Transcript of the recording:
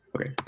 Okay